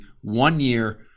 one-year